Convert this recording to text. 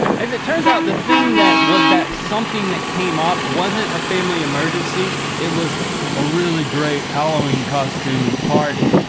as it turns out, the thing that was that something that came up, wasn't a family emergency, it was a really great halloween costume and party.